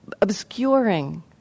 obscuring